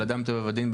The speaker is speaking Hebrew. של אדם טבע ודין,